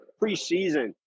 preseason